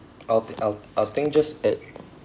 I'll thi~ I'll I'll think just at